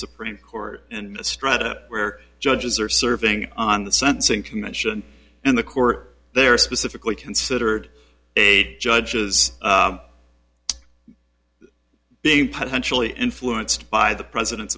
supreme court and a stretch where judges are serving on the sentencing commission and the court there specifically considered a judge's big potentially influenced by the president's